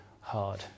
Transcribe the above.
hard